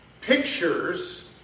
pictures